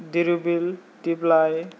धिरबिल दिपलाय बेवहाय बेरायनो थाखाय बहुद मोजां